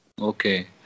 Okay